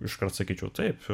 iškart sakyčiau taip